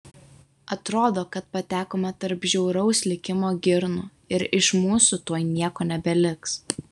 atrodo kad patekome tarp žiauraus likimo girnų ir iš mūsų tuoj nieko nebeliks